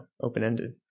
open-ended